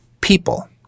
people